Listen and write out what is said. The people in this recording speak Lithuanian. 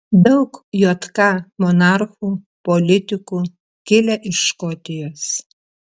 daug jk monarchų politikų kilę iš škotijos